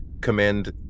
command